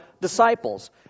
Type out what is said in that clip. disciples